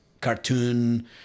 cartoon